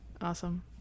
awesome